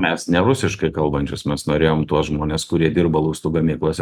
mes ne rusiškai kalbančius mes norėjom tuos žmones kurie dirba lustų gamybos